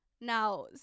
Now